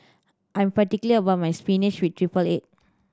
I'm particular about my spinach with triple egg